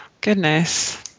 Goodness